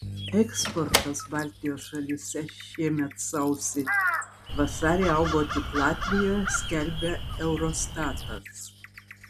eksportas baltijos šalyse šiemet sausį vasarį augo tik latvijoje skelbia eurostatas